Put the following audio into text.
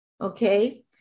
Okay